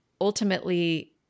ultimately